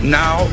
now